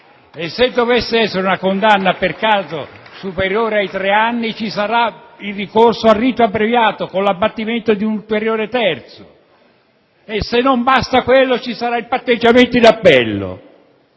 E se dovesse esserci una condanna superiore ai tre anni, ci sarà il ricorso al rito abbreviato, con l'abbattimento di un ulteriore terzo, e se non basta, ci sarà il patteggiamento in appello.